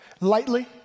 lightly